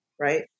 Right